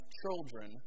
children